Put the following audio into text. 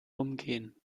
umgehen